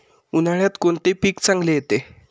उन्हाळ्यात कोणते पीक चांगले येते?